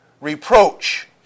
reproach